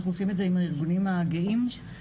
אנחנו עושים את זה עם כל הארגונים הגאים - חוש"ן,